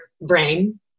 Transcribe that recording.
brain